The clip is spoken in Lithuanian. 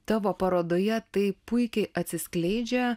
tavo parodoje tai puikiai atsiskleidžia